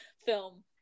film